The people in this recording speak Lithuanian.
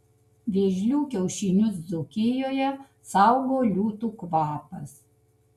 vėžlių kiaušinius dzūkijoje saugo liūtų kvapas